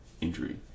injury